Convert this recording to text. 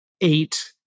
eight